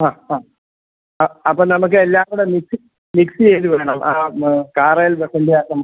ആ ആ ആ അപ്പം നമുക്കെല്ലാം കൂടെ മിക്സ് മിക്സ് ചെയ്ത് വേണം ആ ഒന്ന് കാറിൽ വെയ്ക്കുന്ന അതും